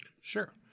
Sure